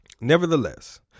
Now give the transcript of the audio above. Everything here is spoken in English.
nevertheless